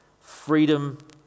freedom